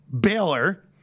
Baylor